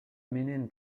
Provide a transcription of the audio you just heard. менен